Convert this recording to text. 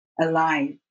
alive